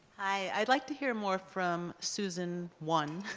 i'd like to hear more from susan one,